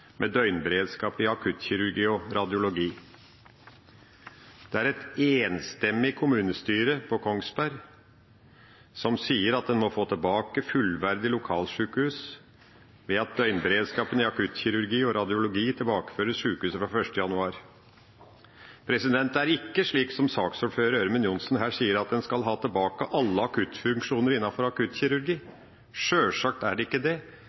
med døgnberedskap i akuttkirurgi og radiologi. Det er et enstemmig kommunestyre på Kongsberg som sier at en må få tilbake et fullverdig lokalsjukehus ved at døgnberedskapen i akuttkirurgi og radiologi tilbakeføres sjukehuset fra 1. januar. Det er ikke slik som saksordfører Ørmen Johnsen her sier, at en skal ha tilbake alle akuttfunksjoner innenfor akuttkirurgi. Sjølsagt er det ikke det.